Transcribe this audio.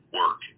work